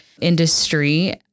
industry